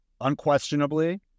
unquestionably